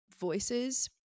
voices